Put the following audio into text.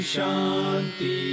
Shanti